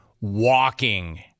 walking